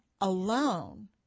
alone